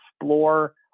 explore